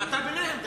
ואתה ביניהם,